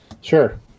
Sure